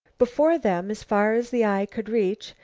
before them, as far as the eye could reach,